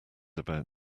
about